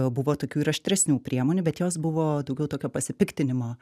buvo tokių ir aštresnių priemonių bet jos buvo daugiau tokio pasipiktinimo